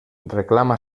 reclama